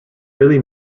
really